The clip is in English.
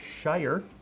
Shire